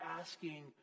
asking